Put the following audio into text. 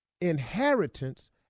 inheritance